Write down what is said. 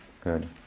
Good